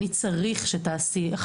אני צריך שתעשי 3,